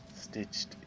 stitched